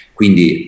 quindi